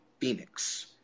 Phoenix